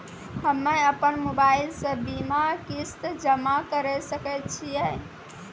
हम्मे अपन मोबाइल से बीमा किस्त जमा करें सकय छियै?